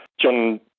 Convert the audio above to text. John